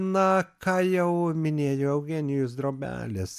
na ką jau minėjo eugenijus drobelis